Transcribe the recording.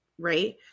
right